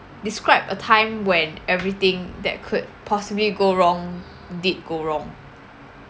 describe a time when everything that could possibly go wrong did go wrong